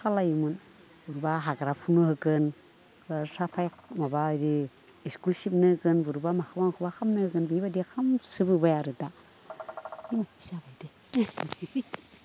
खालायोमोन माबा हाग्रा फुनो होगोन साफाय माबा एरि स्कुल सिबनो होगोन बबावबा माखौबा माखौबा खामनो हागोन बि बादि खामसो बोबाय आरो दा